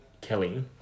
Kelly